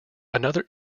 another